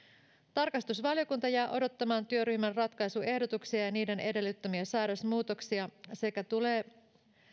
tarkastusvaliokunta jää odottamaan työryhmän ratkaisuehdotuksia sekä niiden edellyttämiä säädösmuutoksia ja tulee